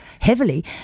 heavily